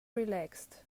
relaxed